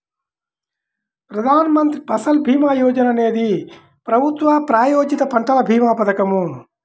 ప్రధాన్ మంత్రి ఫసల్ భీమా యోజన అనేది ప్రభుత్వ ప్రాయోజిత పంటల భీమా పథకం